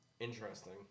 interesting